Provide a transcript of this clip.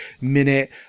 Minute